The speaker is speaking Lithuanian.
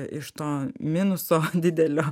iš to minuso didelio